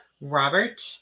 Robert